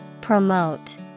Promote